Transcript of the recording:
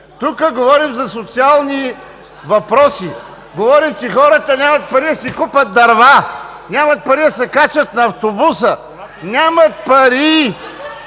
Тук говорим за социални въпроси. Говорим, че хората нямат пари да си купят дърва, нямат пари да се качат на автобуса, нямат пари